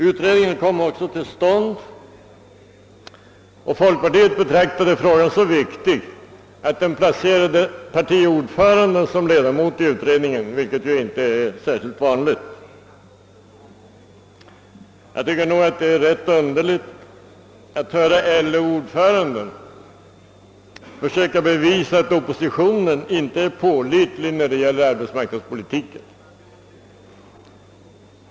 Utredningen kom också till stånd, och folkpartiet betraktade frågan som så väsentlig att det placerade partiordföranden som ledamot i utredningen, vilket inte är särskilt vanligt. Det är rätt underligt att höra LO ordföranden försöka bevisa att oppositionen inte är pålitlig när det gäller arbetsmarknadspolitiken.